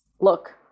look